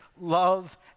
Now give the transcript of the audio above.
love